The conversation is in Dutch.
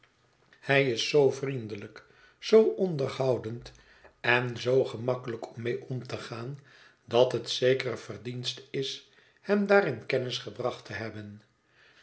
hij is zoo vriendelijk zoo onderhoudend en zoo gemakkelijk om mee om te gaan dat het zekere verdienste is hem daar in kennis gebracht te hebben